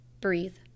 breathe